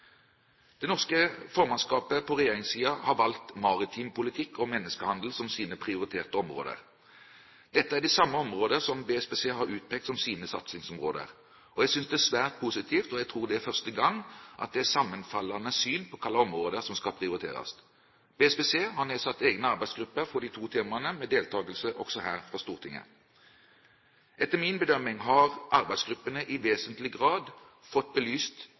Det norske formannskapet på regjeringssiden har valgt maritim politikk og menneskehandel som sine prioriterte områder. Dette er de samme områdene som BSPC har utpekt som sine satsingsområder. Jeg synes det er svært positivt, og jeg tror det er første gang, at det er sammenfallende syn på hvilke områder som skal prioriteres. BSPC har nedsatt egne arbeidsgrupper for de to temaene, med deltagelse også her fra Stortinget. Etter min bedømming har arbeidsgruppene i vesentlig grad fått belyst